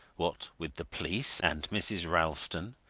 what with the police, and mrs. ralston,